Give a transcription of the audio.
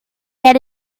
get